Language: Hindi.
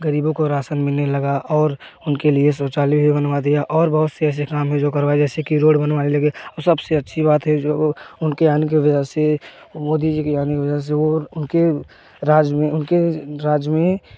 गरीबों को राशन मिलने लगा और उनके लिए शौचालय भी बनवा दिया और बहुत से ऐसे काम हैं जो करवाए जैसे की रोड बनवाई लगी और सबसे अच्छी बात है जो उनके आने के वजह से मोदी जी की आने के वजह से उनके उनके राज्य में उनके राज्य में